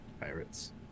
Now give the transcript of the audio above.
Pirates